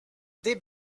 des